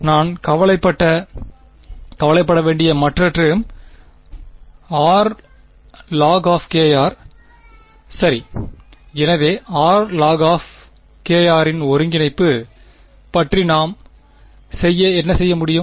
நான் கவலைப்பட வேண்டிய மற்ற டேர்ம் r log சரி எனவே rlog இன் ஒருங்கிணைப்பு பற்றி நாம் என்ன செய்ய முடியும்